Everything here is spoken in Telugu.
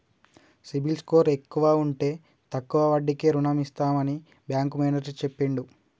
సిబిల్ స్కోర్ ఎక్కువ ఉంటే తక్కువ వడ్డీకే రుణం ఇస్తామని బ్యాంకు మేనేజర్ చెప్పిండు